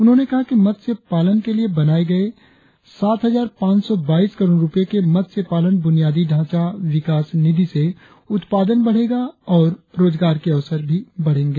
उन्होंने कहा कि मत्स्य पालन के लिए बनाये गये सात हजार पांच सौ बाईस करोड़ रुपये के मत्स्य पालन बुनियादी ढांचा विकास निधि से उत्पादन बढ़ेगा और रोजगार के अवसर बढ़ेगे